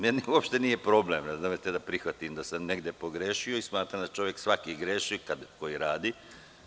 Meni uopšte nije problem da prihvatim da sam negde pogrešio i smatram da čovek svaki greši koji radi.